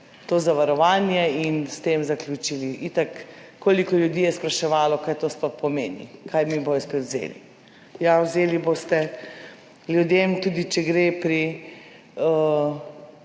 to zavarovanje in s tem zaključili. Itak, koliko ljudi je spraševalo, kaj to sploh pomeni, kaj mi bodo spet vzeli? Ja, vzeli boste ljudem, tudi če gre pri,